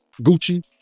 Gucci